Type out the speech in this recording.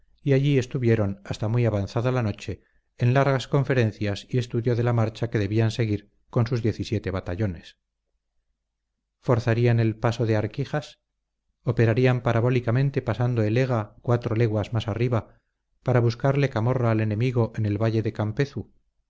y allí estuvieron hasta muy avanzada la noche en largas conferencias y estudio de la marcha que debían seguir con sus diecisiete batallones forzarían el paso de arquijas operarían parabólicamente pasando el ega cuatro leguas más arriba para buscarle camorra al enemigo en el valle de campezu